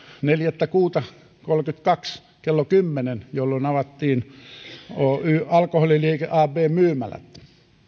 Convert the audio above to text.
neljäs kuuta kolmekymmentäkaksi kello kymmenen jolloin avattiin oy alkoholiliike abn myymälät